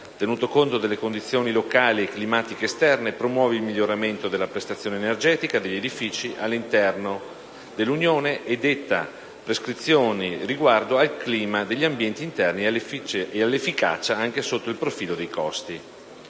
tenuto conto delle condizioni locali e climatiche esterne, promuove il miglioramento della prestazione energetica degli edifici all'interno dell'Unione, e detta prescrizioni riguardo al clima degli ambienti interni e all'efficacia anche sotto il profilo dei costi.